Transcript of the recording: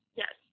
yes